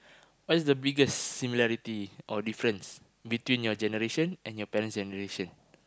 what is the biggest similarities or difference between your generation and your parents generation